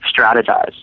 strategize